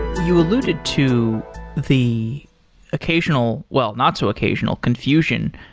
you alluded to the occasional well, not so occasional confusion,